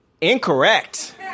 incorrect